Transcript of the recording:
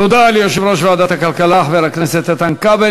תודה ליושב-ראש ועדת הכלכלה חבר הכנסת איתן כבל.